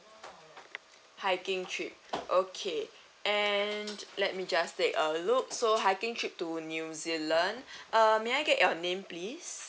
hiking trip okay and let me just take a look so hiking trip to new zealand uh may I get your name please